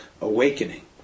awakening